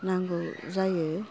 नांगौ जायो